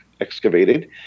excavated